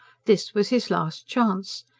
this was his last chance.